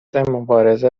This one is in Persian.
مبارزه